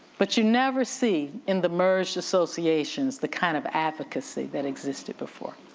but you never see in the merged associations the kind of advocacy that existed before.